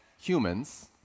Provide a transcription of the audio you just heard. humans